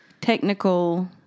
technical